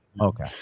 Okay